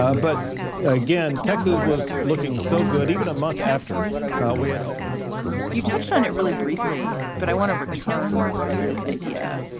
ah but again, texas was looking so good even a month after we had opened up you touched on it really briefly, but i want to return to this idea.